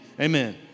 amen